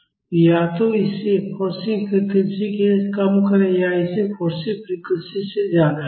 तो या तो इसे फोर्सिंग फ्रीक्वेंसी से कम करें या इसे फोर्सिंग फ्रीक्वेंसी से ज्यादा करें